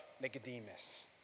Nicodemus